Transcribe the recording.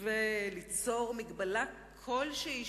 וליצור מגבלה כלשהי,